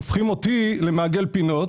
הופכים אותי למעגל פינות,